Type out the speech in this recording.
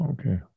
Okay